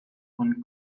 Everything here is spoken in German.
von